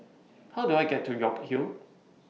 How Do I get to York Hill